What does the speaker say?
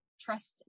trust